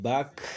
Back